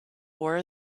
war